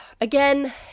again